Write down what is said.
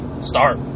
start –